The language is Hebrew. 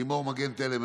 לימור מגן תלם,